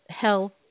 health